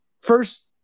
first